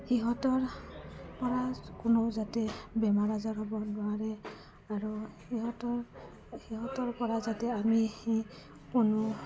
সিহঁতৰপৰা কোনো যাতে বেমাৰ আজাৰ হ'ব নোৱাৰে আৰু সিহঁতৰ সিহঁতৰপৰা যাতে আমি কোনো